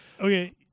Okay